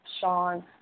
Sean